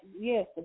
Yes